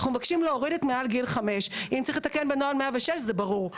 אנחנו מבקשים להוריד את: "מעל גיל 5". אם צריך לתקן בנוהל 106 זה ברור.